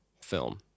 film